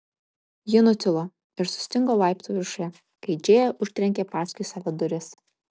ji nutilo ir sustingo laiptų viršuje kai džėja užtrenkė paskui save duris